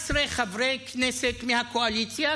14 חברי כנסת מהקואליציה,